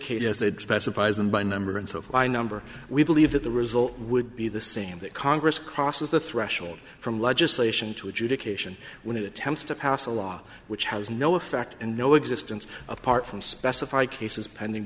yes they'd specifies them by number and so find number we believe that the result would be the same that congress crosses the threshold from legislation to adjudication when it attempts to pass a law which has no effect and no existence apart from specify cases pending